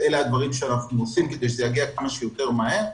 אלה הדברים שאנחנו עושים כדי שזה יגיע כמה שיותר מהר.